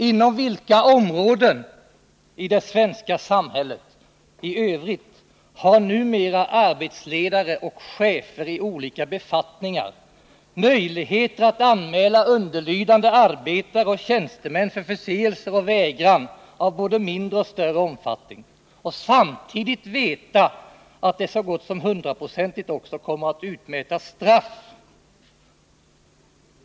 Inom vilka andra områden i det svenska samhället har numera arbetsledare och chefer i olika befattningar möjligheter att anmäla underlydande arbetare och tjänstemän för förseelser och vägran av både mindre och större omfattning och samtidigt veta att det så gott som hundraprocentigt också kommer att utmätas straff?